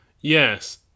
Yes